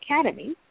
Academy